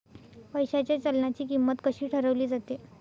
पैशाच्या चलनाची किंमत कशी ठरवली जाते